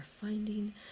finding